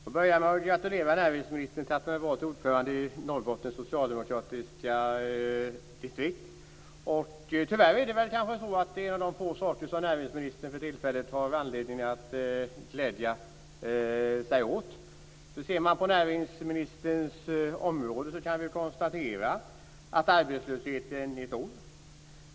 Fru talman! Jag vill börja med att gratulera näringsministern till att ha blivit vald till ordförande för Norrbottens socialdemokratiska distrikt. Tyvärr är nog det en av de få saker som näringsministern för tillfället har anledning att glädja sig åt. Ser man på näringsministerns område kan man konstatera att arbetslösheten är stor.